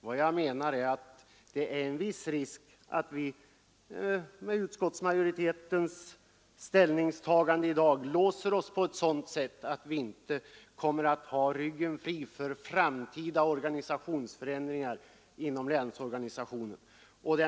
Vad jag menar är att det finns en viss risk för att vi med utskottsmajoritetens ställningstagande i dag låser oss på ett sådant sätt att vi inte kommer att ha ryggen fri för framtida organisationsförändringar inom länsorganistionen.